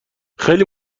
خیلی